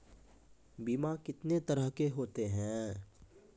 बीमा कितने तरह के होते हैं?